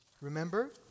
remember